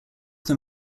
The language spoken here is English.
them